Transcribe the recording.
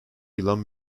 yılan